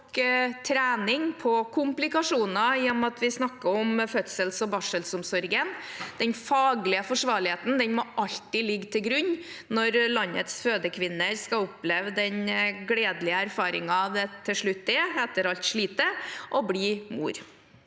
med tanke på komplikasjoner, i og med at vi snakker om fødsels- og barselomsorgen. Den faglige forsvarligheten må alltid ligge til grunn når landets fødende kvinner skal oppleve den gledelige erfaringen det til slutt er – etter alt slitet – å bli mor.